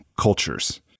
cultures